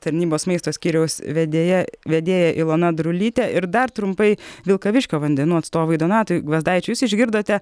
tarnybos maisto skyriaus vedėja vedėja ilona drulytė ir dar trumpai vilkaviškio vandenų atstovui donatui gvazdaičiui jūs išgirdote